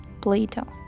Plato